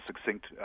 succinct